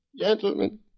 Gentlemen